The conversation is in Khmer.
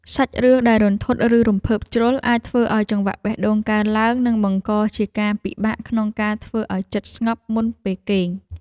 សាច់រឿងដែលរន្ធត់ឬរំភើបជ្រុលអាចធ្វើឱ្យចង្វាក់បេះដូងកើនឡើងនិងបង្កជាការពិបាកក្នុង ការធ្វើឱ្យចិត្តស្ងប់មុនពេលគេង។